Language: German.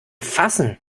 fassen